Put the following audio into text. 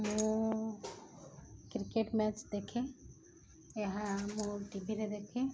ମୁଁ cricket match ଦେଖେ ଏହା ମୁଁ ଟିଭିରେ ଦେଖେ